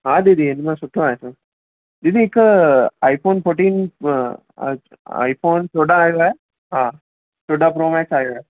हा दीदी हिन मां सुठो आहे दीदी हिकु iPhone fourteen iPhone चोॾहां आयलु आहे हा चोॾहां प्रो मैक्स आयो आहे